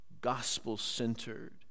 gospel-centered